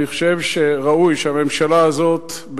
אני חושב שראוי שהממשלה הזאת,